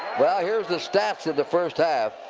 well, here's the stats in the first half.